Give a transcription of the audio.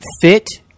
fit